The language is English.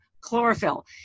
chlorophyll